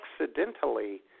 accidentally